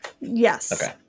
Yes